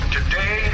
Today